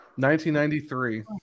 1993